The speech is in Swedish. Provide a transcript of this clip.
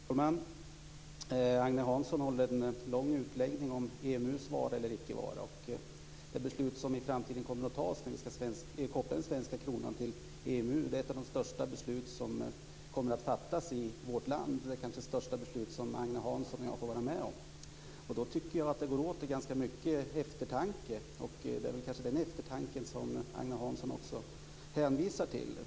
Fru talman! Agne Hansson höll en lång utläggning om EMU:s vara eller inte vara. Det beslut som kommer att fattas i framtiden när vi ska koppla den svenska kronan till EMU är ett av de största beslut som kommer att fattas i vårt land. Det är kanske det största beslut som Agne Hansson och jag får vara med om. Då tycker jag att det går åt ganska mycket eftertanke. Det är kanske den eftertanken som Agne Hansson också hänvisar till.